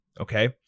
Okay